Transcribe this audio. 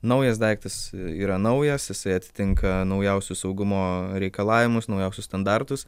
naujas daiktas yra naujas jisai atitinka naujausius saugumo reikalavimus naujausius standartus